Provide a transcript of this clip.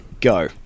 go